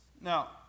Now